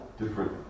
different